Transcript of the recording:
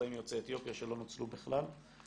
ספורטאים יוצאי אתיופיה שלא נוצלו בכלל.